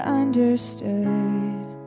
understood